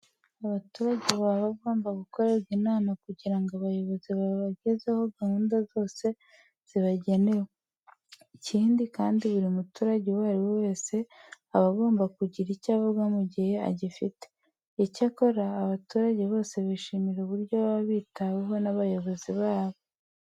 Abaturage baba bagomba gukorerwa inama kugira ngo abayobozi babagezeho gahunda zose zibagenewe. Ikindi kandi buri muturage uwo ari we wese aba agomba kugira icyo avuga mu gihe agifite. Icyakora abaturage bose bishimira uburyo baba bitaweho n'abayobozi babo.